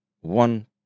one